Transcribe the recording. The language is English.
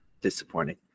Disappointing